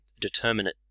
determinate